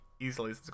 easily